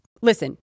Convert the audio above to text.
listen